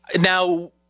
Now